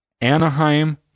anaheim